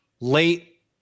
late